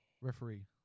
Referee